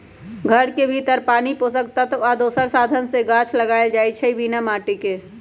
घर के भीतर पानी पोषक तत्व आ दोसर साधन से गाछ लगाएल जाइ छइ बिना माटिके